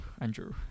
Andrew